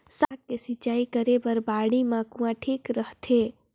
साग के सिंचाई करे बर बाड़ी मे कुआँ ठीक रहथे?